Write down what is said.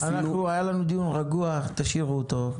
היה לנו דיון רגוע, נשאיר זאת כך.